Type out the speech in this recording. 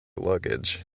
luggage